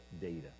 data